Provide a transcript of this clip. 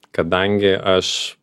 kadangi aš